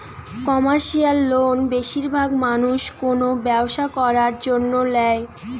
commercial loan বেশিরভাগ মানুষ কোনো ব্যবসা করার জন্য ল্যায়